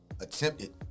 attempted